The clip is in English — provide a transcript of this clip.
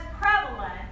prevalent